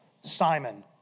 Simon